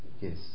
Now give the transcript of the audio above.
Yes